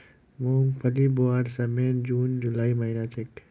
मूंगफली बोवार समय जून जुलाईर महिना छे